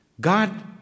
God